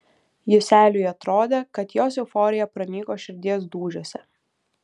juseliui atrodė kad jos euforija pranyko širdies dūžiuose